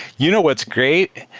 you know what's great?